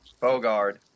Bogard